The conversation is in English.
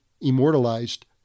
immortalized